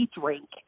drink